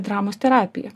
dramos terapiją